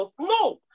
No